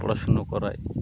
পড়াশুনো করায়